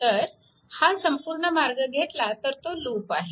तर हा संपूर्ण मार्ग घेतला तर तो लूप आहे